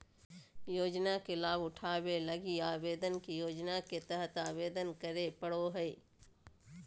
योजना के लाभ उठावे लगी आवेदक के योजना के तहत आवेदन करे पड़ो हइ